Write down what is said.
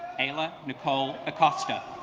ella nicole acosta.